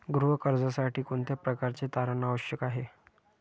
गृह कर्जासाठी कोणत्या प्रकारचे तारण आवश्यक आहे?